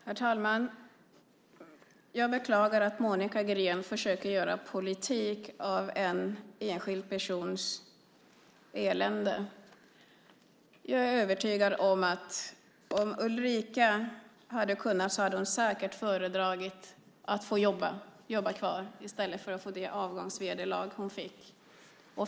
Herr talman! Jag beklagar att Monica Green försöker göra politik av en enskild persons elände. Jag är övertygad om att om Ulrica hade kunnat hade hon säkert föredragit att jobba kvar i stället för att få det avgångsvederlag hon fick.